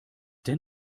das